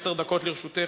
עשר דקות לרשותך.